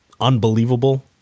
unbelievable